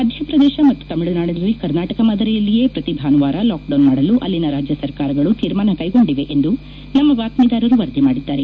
ಮಧ್ಲಪ್ರದೇಶ ಮತ್ತು ತಮಿಳುನಾಡಿನಲ್ಲಿ ಕರ್ನಾಟಕ ಮಾದರಿಯಲ್ಲಿಯೇ ಪ್ರತಿ ಭಾನುವಾರ ಲಾಕ್ಡೌನ್ ಮಾಡಲು ಅಲ್ಲಿನ ರಾಜ್ಯ ಸರ್ಕಾರಗಳು ತೀರ್ಮಾನ ಕೈಗೊಂಡಿವೆ ಎಂದು ನಮ್ಮ ಬಾತ್ಹಿದಾರರು ವರದಿ ಮಾಡಿದ್ದಾರೆ